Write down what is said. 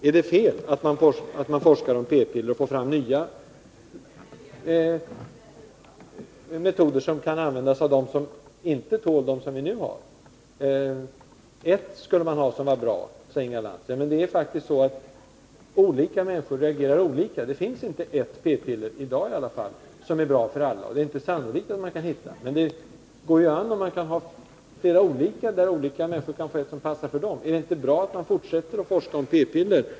Är det fel att man forskar om p-piller och får fram nya metoder, som kan användas av dem som inte tål dem vi nu har? Ett p-piller skulle man ha, som var bra, sade Inga Lantz. Men det är faktiskt så att olika människor reagerar olika. Det finns inte ett p-piller som är bra för alla - inte i dagi varje fall — och det är inte sannolikt att man kan hitta ett sådant. Men det går ju an om man kan ha flera olika sorter, och olika människor kan få piller som passar för dem. Är det inte bra att man fortsätter att forska om p-piller?